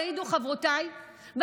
יעידו חברותיי,